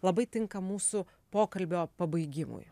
labai tinka mūsų pokalbio pabaigimui